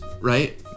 right